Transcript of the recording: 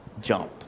jump